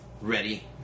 ready